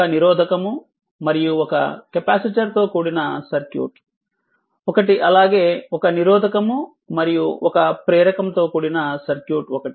ఒక నిరోధకము మరియు ఒక కెపాసిటర్ తో కూడిన సర్క్యూట్ ఒకటి అలాగే ఒక నిరోధకము మరియు ఒక ప్రేరకం తో కూడిన సర్క్యూట్ ఒకటి